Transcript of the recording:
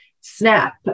Snap